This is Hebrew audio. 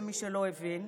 שיניים.